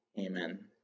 Amen